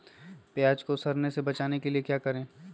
प्याज को सड़ने से बचाने के लिए क्या करें?